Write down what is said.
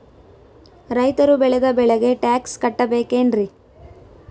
ರೈತರು ಬೆಳೆದ ಬೆಳೆಗೆ ಟ್ಯಾಕ್ಸ್ ಕಟ್ಟಬೇಕೆನ್ರಿ?